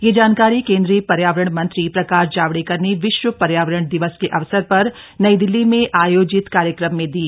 यह जानकारी केन्द्रीय पर्यावरण मंत्री प्रकाश जावडेकर ने विश्व पर्यावरण दिवस के अवसर पर नई दिल्ली में आयोजित नगर वन कार्यक्रम दी